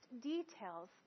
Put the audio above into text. details